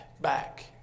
back